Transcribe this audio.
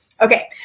Okay